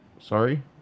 sorry